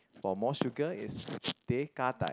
for more sugar is teh kah-dai